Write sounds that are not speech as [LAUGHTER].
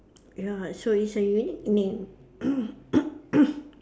ya so it's a unique name [COUGHS]